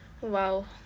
!wow!